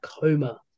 coma